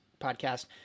podcast